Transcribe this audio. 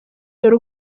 dore